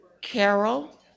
Carol